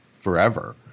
forever